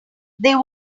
they